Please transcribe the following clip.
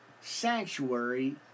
sanctuary